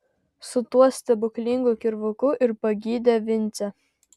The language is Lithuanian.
su tuo stebuklingu kirvuku ir pagydė vincę